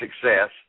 success